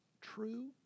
true